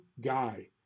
guy